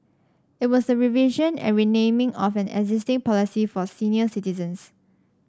it was a revision and renaming of an existing policy for senior citizens